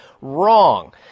Wrong